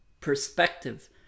perspective